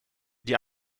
die